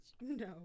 No